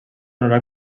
honorar